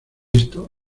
esto